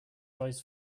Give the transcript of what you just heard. eyes